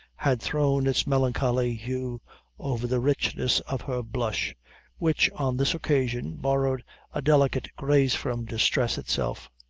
had thrown its melancholy hue over the richness of her blush which, on this occasion, borrowed a delicate grace from distress itself.